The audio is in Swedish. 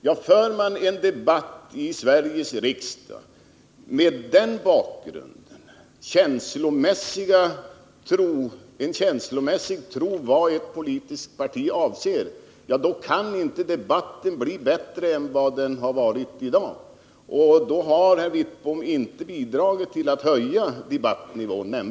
Ja, för man en debatt i Sveriges riksdag med den bakgrunden och med en känslomässig tro på vad ett politiskt parti anser, kan den debatten inte bli bättre än den har varit i dag. Då har Bengt Wittbom inte bidragit till att nämnvärt höja debattnivån.